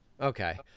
Okay